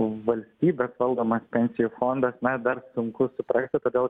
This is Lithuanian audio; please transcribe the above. valstybės valdomas pensijų fondo na dar sunku suprasti todėl